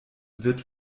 wird